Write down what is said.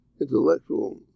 intellectual